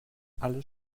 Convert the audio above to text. alles